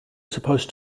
supposed